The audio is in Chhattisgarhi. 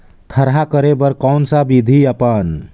थरहा करे बर कौन सा विधि अपन?